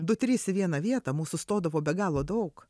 du trys į vieną vietą mūsų stodavo be galo daug